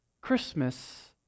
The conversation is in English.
Christmas